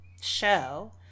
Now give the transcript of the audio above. show